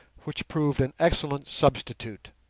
which proved an excellent substitute.